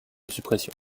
suppression